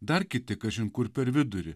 dar kiti kažin kur per vidurį